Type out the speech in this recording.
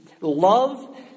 love